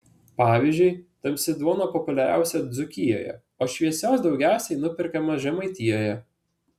pavyzdžiui tamsi duona populiariausia dzūkijoje o šviesios daugiausiai nuperkama žemaitijoje